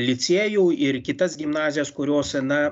licėjų ir kitas gimnazijas kurios na